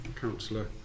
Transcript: councillor